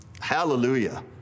hallelujah